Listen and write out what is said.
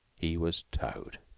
he was towed.